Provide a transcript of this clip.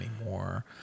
anymore